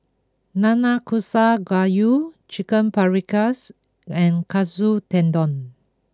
Nanakusa Gayu Chicken Paprikas and Katsu Tendon